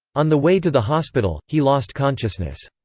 on the way to the hospital, he lost consciousness.